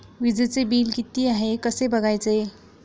वीजचे बिल किती आहे कसे बघायचे?